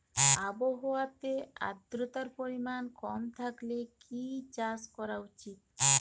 আবহাওয়াতে আদ্রতার পরিমাণ কম থাকলে কি চাষ করা উচিৎ?